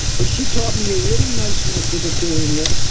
but she taught me a really nice method of doing it,